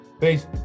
Peace